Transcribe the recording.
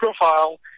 profile